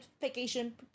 vacation